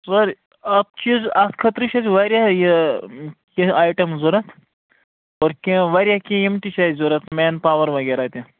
سورٕے اَکھ چیٖز اَتھ خٲطرٕ چھِ اَسہِ وارِیاہ یہِ کیٚنٛہہ ایٹم ضرورَت اور کیٚنٛہہ وارِیاہ کیٚنٛہہ یِم تہِ چھِ اَسہِ ضرورَت مین پاور وغیرہ تہِ